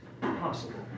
possible